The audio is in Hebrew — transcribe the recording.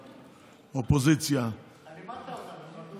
אפקט משמעותי שאתם עדיין לא הבנתם אותו.